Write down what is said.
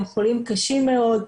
הם חולים קשים מאוד.